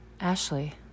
Ashley